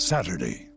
Saturday